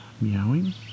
meowing